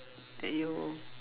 that you